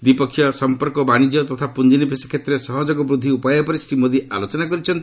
ଦ୍ୱିପକ୍ଷୀୟ ସମ୍ପର୍କ ଓ ବାଣିକ୍ୟ ତଥା ପୁଞ୍ଜନିବେଶ କ୍ଷେତ୍ରରେ ସହଯୋଗ ବୃଦ୍ଧି ଉପାୟ ଉପରେ ଶ୍ରୀ ମୋଦି ଆଲୋଚନା କରିଛନ୍ତି